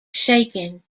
shaken